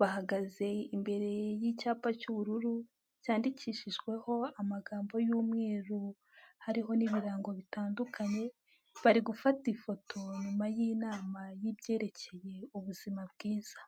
bahagaze imbere y'icyapa cy'ubururu cyandikishijweho amagambo y'umweru hariho n'ibirango bitandukanye, bari gufata ifoto nyuma y'inama y'ibyerekeye ubuzima bwiza.